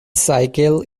cycle